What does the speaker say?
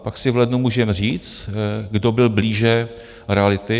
Pak si v lednu můžeme říct, kdo byl blíže realitě.